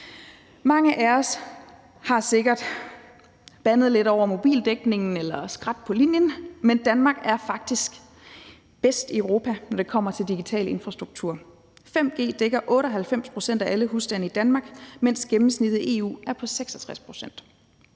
Mange af os har sikkert bandet lidt over mobildækningen eller skrat på linjen, men Danmark er faktisk bedst i Europa, når det kommer til digital infrastruktur. 5G dækker 98 pct. af alle husstande i Danmark, mens gennemsnittet i EU er på 66 pct.